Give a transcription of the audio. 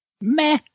Meh